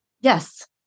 Yes